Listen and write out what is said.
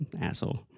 asshole